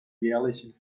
jährlichen